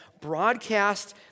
broadcast